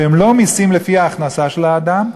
שהם לא מסים לפי ההכנסה של האדם,